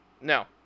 No